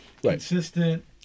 consistent